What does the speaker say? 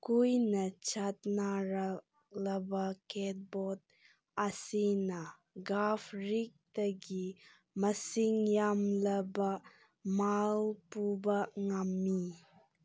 ꯀꯨꯏꯅ ꯆꯠꯅꯔꯛꯂꯕ ꯀꯦꯠꯕꯣꯠ ꯑꯁꯤꯅ ꯒꯥꯐꯔꯤꯛꯇꯒꯤ ꯃꯁꯤꯡ ꯌꯥꯝꯂꯕ ꯃꯥꯜ ꯄꯨꯕ ꯉꯝꯃꯤ